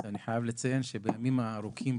אני חייב לציין שבימים הארוכים,